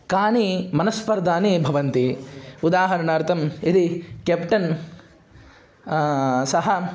कानि मनस्पर्धाणि भवन्ति उदाहरणार्थं यदि केप्टन् सः